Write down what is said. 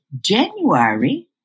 January